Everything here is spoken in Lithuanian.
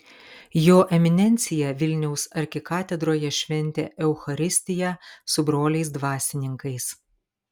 jo eminencija vilniaus arkikatedroje šventė eucharistiją su broliais dvasininkais